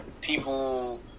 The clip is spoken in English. people